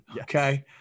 okay